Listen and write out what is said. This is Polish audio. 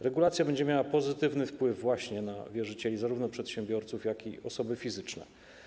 Regulacja będzie miała pozytywny wpływ właśnie na wierzycieli, zarówno przedsiębiorców, jak i osoby fizyczne.